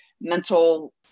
mental